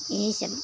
यही सब